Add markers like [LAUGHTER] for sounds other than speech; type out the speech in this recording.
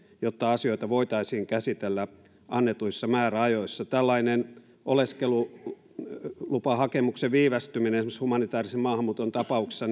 jotta asioita voitaisiin käsitellä annetuissa määräajoissa tällainen oleskelulupahakemuksen viivästyminenhän esimerkiksi humanitäärisen maahanmuuton tapauksessa [UNINTELLIGIBLE]